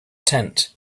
tent